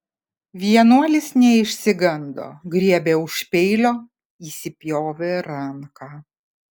vienuolis neišsigando griebė už peilio įsipjovė ranką